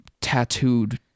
tattooed